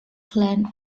clan